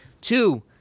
Two